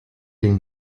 den